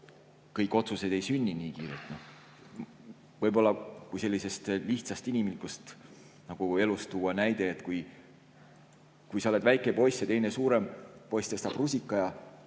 Kõik otsused ei sünni nii kiirelt. Võib-olla tuua näide sellisest lihtsast inimlikust elust: kui sa oled väike poiss ja teine, suurem poiss tõstab rusika ja